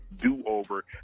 do-over